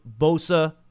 Bosa